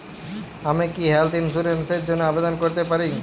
আমি কি health insurance র জন্য আবেদন করতে পারি?